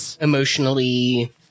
emotionally